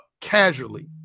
casually